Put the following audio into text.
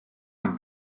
amb